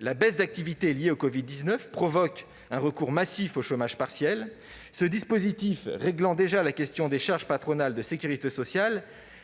La baisse d'activité liée au covid-19 provoque un recours massif au chômage partiel. Ce dispositif réglant déjà la question des charges patronales de sécurité sociale,